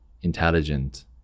intelligent